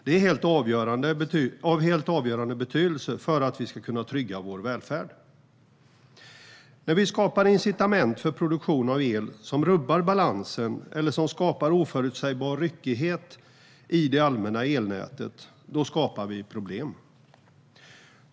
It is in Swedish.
Det är av helt avgörande betydelse för att vi ska kunna trygga vår välfärd. När vi skapar incitament för produktion av el som rubbar balansen eller som skapar oförutsägbar ryckighet i det allmänna elnäte skapar vi problem.